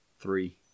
Three